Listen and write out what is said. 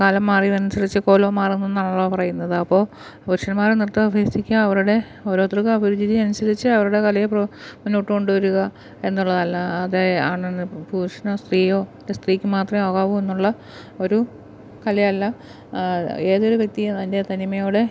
കാലം മാറിയതനുസരിച്ച് കോലവും മാറണമെന്നാണല്ലോ പറയുന്നത് അപ്പോള് പുരുഷന്മാർ നൃത്തം അഭ്യസിക്കുക അവരുടെ ഓരോത്തർക്കും അഭിരുചി അനുസരിച്ച് അവരുടെ കലയെ മുന്നോട്ടു കൊണ്ടുവരിക എന്നുള്ളതല്ലാതെ പുരുഷനോ സ്ത്രീയോ സ്ത്രീക്ക് മാത്രേ ആകാവൂ എന്നുള്ള ഒരു കലയല്ല ഏതൊരു വ്യക്തിയും അതിൻ്റെ തനിമയോടെ